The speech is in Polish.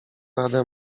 radę